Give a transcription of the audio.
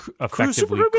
effectively